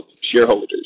shareholders